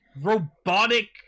robotic